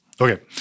Okay